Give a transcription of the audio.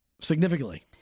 significantly